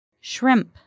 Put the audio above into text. Shrimp